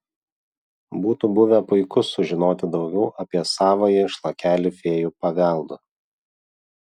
būtų buvę puiku sužinoti daugiau apie savąjį šlakelį fėjų paveldo